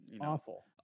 awful